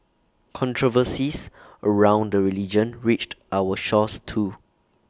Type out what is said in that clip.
controversies around the religion reached our shores too